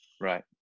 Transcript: Right